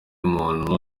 muntu